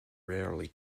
rarely